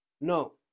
No